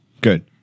Good